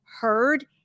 heard